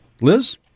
Liz